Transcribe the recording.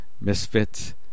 misfits